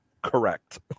correct